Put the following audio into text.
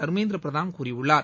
தா்மேந்திர பிரதான் கூறியுள்ளார்